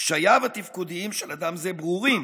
קשייו התפקודיים של אדם זה ברורים